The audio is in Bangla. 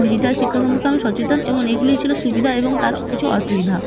ডিজিটাল শিক্ষা সম্পর্কে আমি সচেতন এমন এগুলি ছিল সুবিধা এবং তার কিছু অসুবিধা